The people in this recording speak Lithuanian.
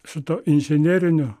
su tuo inžinerinių